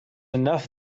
enough